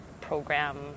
program